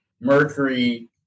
Mercury